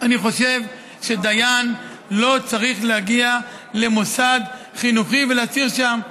אני חושב שדיין לא צריך להגיע למוסד חינוכי ולהצהיר שם.